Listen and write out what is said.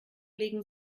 legen